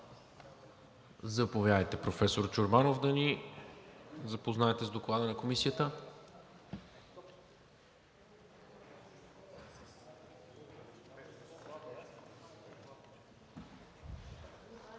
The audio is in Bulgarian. Заповядайте, професор Чорбанов, да ни запознаете с Доклада на Комисията.